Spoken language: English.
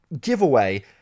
giveaway